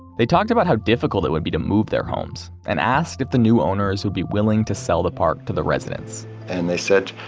they talked about how difficult it would be difficult to move their homes, and asked if the new owners would be willing to sell the park to the residents and they said,